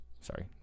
Sorry